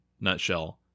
nutshell